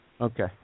Okay